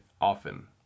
often